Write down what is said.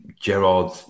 Gerard